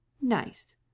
nice